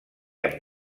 amb